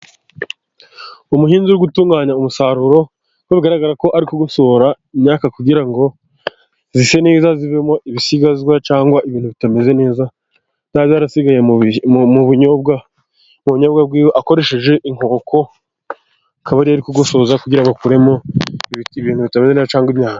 Umuhinzi uri gutunganya umusaruro n'uko bigaragara ko ari kugosora imyaka kugira ngo zise neza zivemo ibisigazwa cyangwa ibintu bitameze neza biba byarasigaye mu bunyobwa bwe, akoresheje inkoko akaba ari kugosoza kugira ngo akuremo ibiti ibintu bitaba cyangwa imyanda..